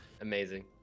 Amazing